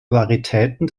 varitäten